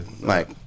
Mike